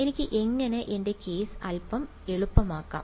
എനിക്ക് എങ്ങനെ എന്റെ കേസ് അൽപ്പം എളുപ്പമാക്കാം